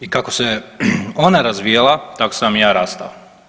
I kako se ona razvijala, tako sam i ja rastao.